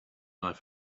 knife